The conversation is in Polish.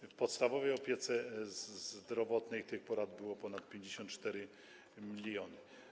W ramach podstawowej opieki zdrowotnej tych porad było ponad 54 mln.